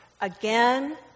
again